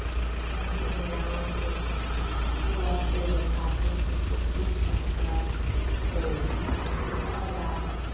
we're kind of getting down to this cool off phase of the practice with this root chakra pose which is all about